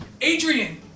Adrian